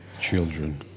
Children